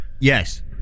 yes